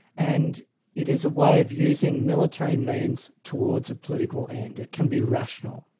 and it is a way of using military means towards a political end. it can be rational.